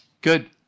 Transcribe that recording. Good